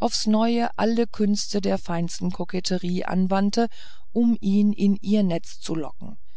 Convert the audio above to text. aufs neue alle künste der feinsten koketterie anwandte um ihn in ihr netz zu verlocken